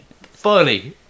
funny